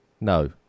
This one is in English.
No